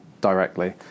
directly